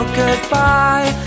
goodbye